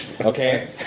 Okay